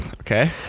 Okay